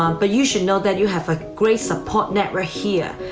um but you should know that you have a great support network here,